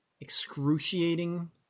excruciating